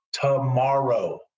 tomorrow